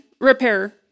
Repair